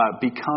become